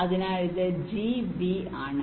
അതിനാൽ ഇത് gb ആണ്